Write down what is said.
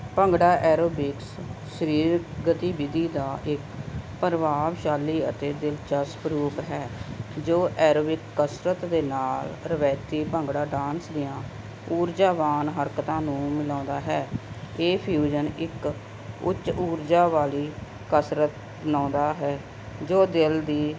bhangra aerobics ਸਰੀਰਕ ਗਤੀਵਿਧੀ ਦਾ ਇੱਕ ਪ੍ਰਭਾਵਸ਼ਾਲੀ ਅਤੇ ਦਿਲਚਸਪ ਰੂਪ ਹੈ ਜੋ ਐਰੋਬਿਕ ਕਸਰਤ ਦੇ ਨਾਲ ਰਵਾਇਤੀ ਭੰਗੜਾ ਡਾਂਸ ਦੀਆਂ ਊਰਜਾਵਾਨ ਹਰਕਤਾਂ ਨੂੰ ਮਿਲਾਉਂਦਾ ਹੈ ਇਹ ਫਿਊਜਨ ਇੱਕ ਉੱਚ ਊਰਜਾ ਵਾਲੀ ਕਸਰਤ ਬਣਾਉਂਦਾ ਹੈ ਜੋ ਦਿਲ ਦੀ